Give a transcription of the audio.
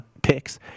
Picks